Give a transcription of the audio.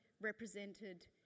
represented